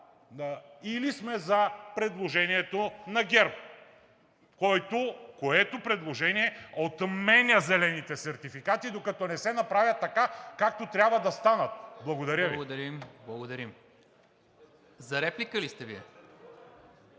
или сме за предложението на ГЕРБ, което предложение отменя зелените сертификати, докато не се направят така, както трябва да станат. Благодаря Ви. ПРЕДСЕДАТЕЛ НИКОЛА МИНЧЕВ: